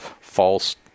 false